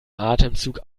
atemzug